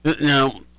Now